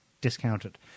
discounted